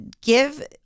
give